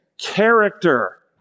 Character